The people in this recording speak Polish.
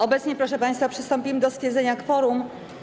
Obecnie, proszę państwa, przystąpimy do stwierdzenia kworum.